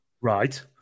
Right